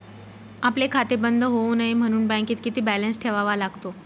आपले खाते बंद होऊ नये म्हणून बँकेत किती बॅलन्स ठेवावा लागतो?